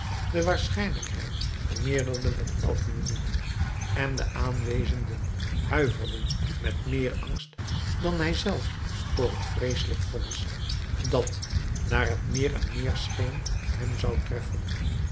de waarschijnlijkheid vermeerderde met elke minuut en de aanwezenden huiverden met meer angst dan hij zelf voor het vreeselijk vonnis dat naar het meer en meer scheen hem zou treffen